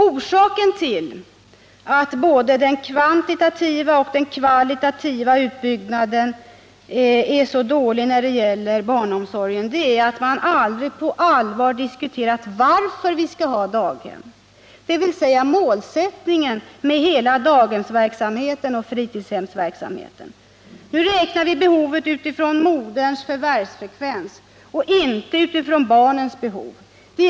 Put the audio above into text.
Orsaken till att både den kvantitativa och den kvalitativa utbyggnaden är så dålig när det gäller barnomsorgen är att man aldrig på allvar har diskuterat varför vi skall ha daghem, dvs. målsättningen med hela daghemsverksamheten och fritidsverksamheten. Nu räknar vi behovet utifrån moderns förvärvsfrekvens, inte utifrån barnens behov.